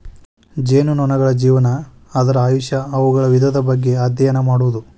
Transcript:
ಜೇನುನೊಣಗಳ ಜೇವನಾ, ಅದರ ಆಯುಷ್ಯಾ, ಅವುಗಳ ವಿಧದ ಬಗ್ಗೆ ಅದ್ಯಯನ ಮಾಡುದು